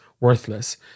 worthless